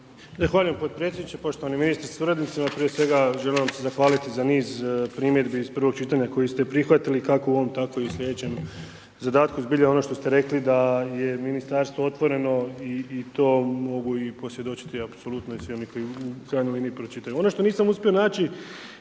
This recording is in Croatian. Zahvaljujem potpredsjedniče. Poštovani ministre sa suradnicima, prije svega želim vam se zahvaliti za niz primjedbi iz prvog čitanja koje ste prihvatili kako u ovom tako i u sljedećem zadatku. Zbilja ono što ste rekli da je ministarstvo otvoreno i to mogu i posvjedočiti, apsolutno i svi oni koji u krajnjoj liniji pročitaju.